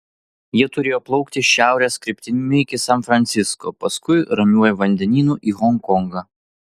jie turėjo plaukti šiaurės kryptimi iki san francisko paskui ramiuoju vandenynu į honkongą